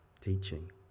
Teaching